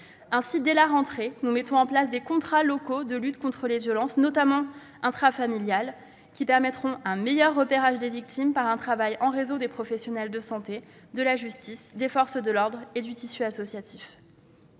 Ainsi, dès la rentrée, nous mettrons en place des contrats locaux de lutte contre les violences, notamment intrafamiliales, qui assureront un meilleur repérage des victimes par un travail en réseau des professionnels de santé, de la justice, des forces de l'ordre et du tissu associatif.